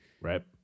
Right